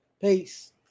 Peace